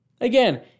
Again